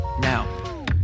Now